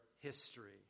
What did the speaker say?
history